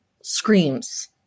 screams